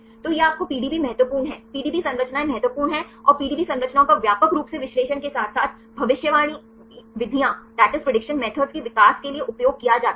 तो यह आपको पीडीबी महत्वपूर्ण है पीडीबी संरचनाएं महत्वपूर्ण हैं और पीडीबी संरचनाओं का व्यापक रूप से विश्लेषण के साथ साथ भविष्यवाणी विधियों के विकास के लिए उपयोग किया जाता है